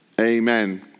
amen